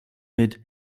mit